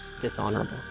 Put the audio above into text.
dishonorable